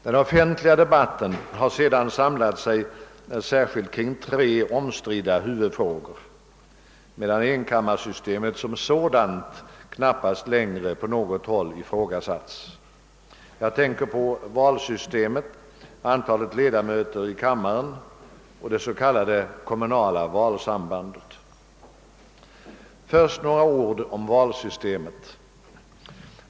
Den offentliga debatten har sedan samlat sig särskilt kring tre omstridda huvudfrågor, medan enkammarsystemet som sådant knappast längre på något håll ifrågasatts. Jag tänker på valsystemet, antalet ledamöter i kammaren och det s.k. kommunala valsambandet. Först några ord om valsystemet.